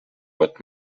but